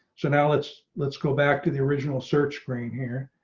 so now let's let's go back to the original search screen here.